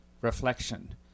reflection